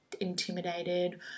intimidated